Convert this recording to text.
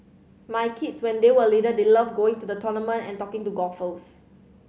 my kids when they were little they loved going to the tournament and talking to golfers